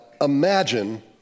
imagine